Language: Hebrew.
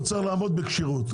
הוא צריך לעמוד בכשירות,